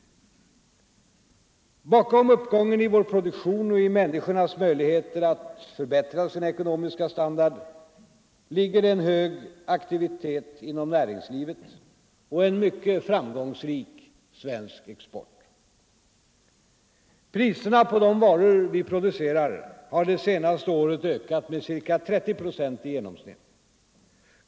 Bakom uppgången i vår produktion och i människornas möjligheter att förbättra sin ekonomiska standard ligger en hög aktivitet inom näringslivet och en mycket framgångsrik svensk export. Priserna på varor vi producerar har det senaste året ökat med ca 30 procent i genomsnitt.